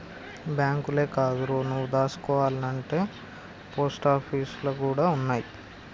బాంకులే కాదురో, నువ్వు దాసుకోవాల్నంటే పోస్టాపీసులు గూడ ఉన్నయ్